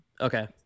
Okay